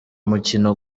mukino